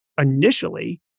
initially